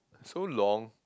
so long